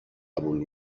قبول